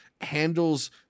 handles